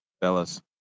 fellas